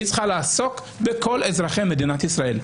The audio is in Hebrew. היא צריכה לעסוק בכל אזרחי מדינת ישראל,